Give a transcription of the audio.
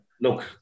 look